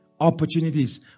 opportunities